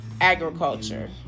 agriculture